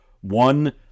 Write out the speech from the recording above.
One